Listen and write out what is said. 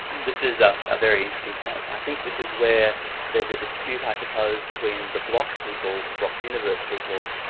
this is ah a very interesting point and i think this is where there's a dispute i suppose between the block people, people, block universe people,